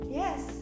yes